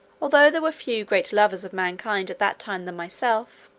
although there were few greater lovers of mankind at that time than myself,